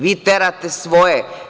Vi terate svoje.